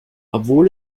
obwohl